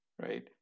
right